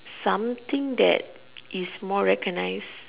something that is more recognized